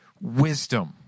wisdom